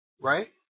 right